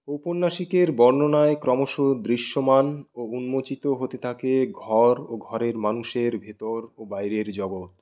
ঔপন্যাসিকের বর্ণনায় ক্রমশ দৃশ্যমান ও উন্মোচিত হতে থাকে ঘর ও ঘরের মানুষের ভেতর ও বাইরের জগত